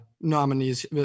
nominees